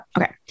Okay